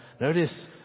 Notice